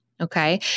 okay